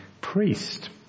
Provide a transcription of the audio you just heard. priest